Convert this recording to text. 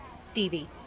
Stevie